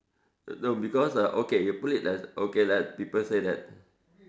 no because uh okay you put it as okay lah people say that